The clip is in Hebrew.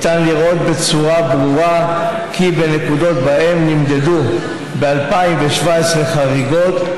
ניתן לראות בצורה ברורה שבנקודות שבהן נמדדו ב-2017 חריגות,